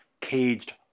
caged